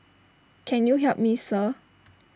can you help me sir